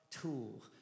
tool